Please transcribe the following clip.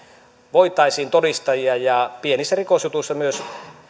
voitaisiin todistajia ja pienissä rikosjutuissa myös